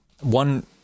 One